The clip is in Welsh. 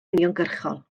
uniongyrchol